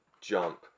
jump